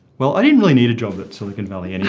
well, i didn't really need a job at silicon valley, anyway.